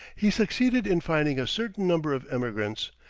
he succeeded in finding a certain number of emigrants,